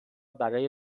برای